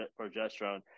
progesterone